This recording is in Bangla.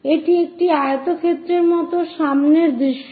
এটি একটি আয়তক্ষেত্রের মত সামনের দৃশ্য